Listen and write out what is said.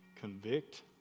convict